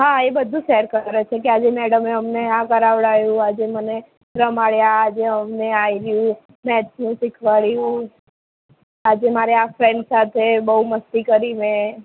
હા એ બધુ શેર કરે છે કે આજે મેડમે અમને આ કરાવડાવ્યું આજે મને રમાડ્યાં આજે અમને આ રહ્યું મેથ્સનું શીખવાડ્યું આજે મારે આ ફ્રેન્ડ સાથે બહુ મસ્તી કરી મેં